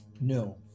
No